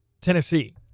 Tennessee